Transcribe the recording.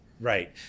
Right